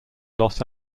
los